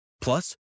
Plus